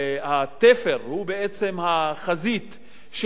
הוא החזית של השלטון,